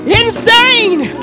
insane